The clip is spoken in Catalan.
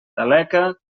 taleca